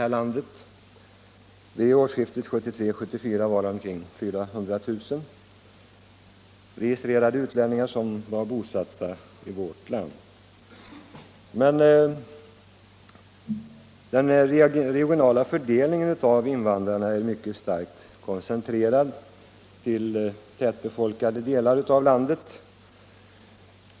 Vid årsskiftet 14 maj 1975 1973-1974 var omkring 400 000 registrerade utlänningar bosatta i vårt land. Men den regionala fördelningen av invandrarna är starkt koncen = Riktlinjer för trerad till tätbefolkade delar av landet.